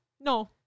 No